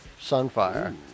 Sunfire